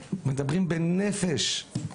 מדברים בנפש.